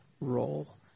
Role